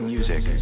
Music